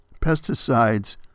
Pesticides